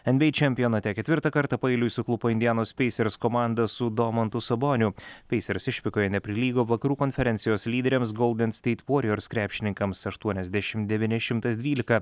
nba čempionate ketvirtą kartą paeiliui suklupo indianos pacers komanda su domantu saboniu pacers išvykoje neprilygo vakarų konferencijos lyderiams golden state warriors krepšininkams aštuoniasdešim devyni šimtas dvylika